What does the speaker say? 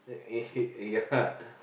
eh yeah